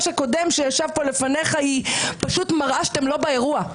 הקודם שישב פה לפניך מראה שאתם לא באירוע.